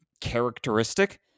characteristic